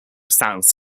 sounds